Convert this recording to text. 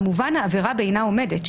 כמובן שהעבירה בעינה עומדת,